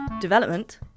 development